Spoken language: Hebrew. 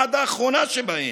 עד האחרונה שבהן,